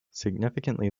significantly